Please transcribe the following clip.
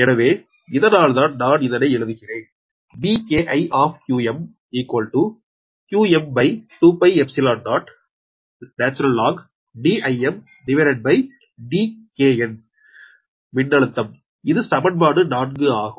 எனவே இதனால்தான் நான் இதனை எழுதுகிறேன் Vki qm20ln மின்னழுத்தம் இது சமன்பாடு 4 ஆகும்